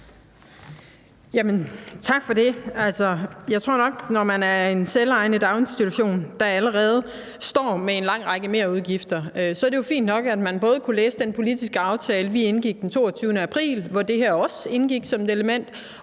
Tak for det. Altså, når man er en selvejende daginstitution, der allerede står med en lang række merudgifter, så er det jo fint nok, at man både har kunnet læse den politiske aftale, vi indgik den 22. april, hvor det her også indgik som et element,